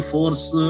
Force